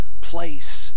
place